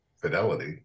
fidelity